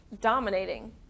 dominating